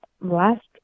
last